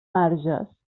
marges